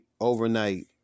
overnight